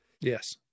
Yes